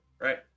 Right